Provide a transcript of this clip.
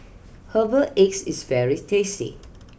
Herbal eggs is various tasty